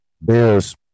Bears